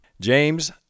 James